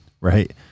right